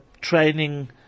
training